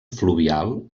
fluvial